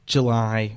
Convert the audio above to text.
July